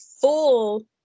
full